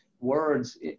words